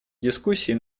дискуссий